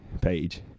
page